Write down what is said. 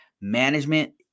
management